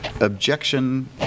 objection